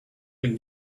been